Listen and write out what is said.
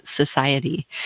society